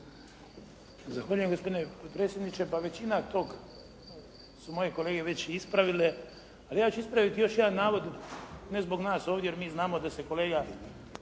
Zahvaljujem gospodine potpredsjedniče. Pa većina tog su moje kolege već ispravile, ali ja ću ispraviti još jedan navod, ne zbog nas ovdje jer mi znamo da se kolega